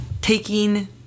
taking